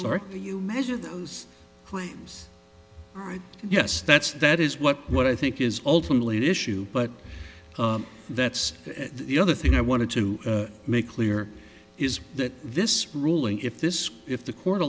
start you measure those claims right yes that's that is what what i think is ultimately an issue but that's the other thing i wanted to make clear is that this ruling if this if the court